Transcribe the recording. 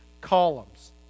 columns